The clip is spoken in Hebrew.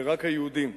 ורק היהודים,